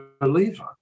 believer